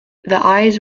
eyes